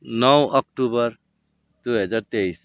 नौ अक्टोबर दुई हजार तेइस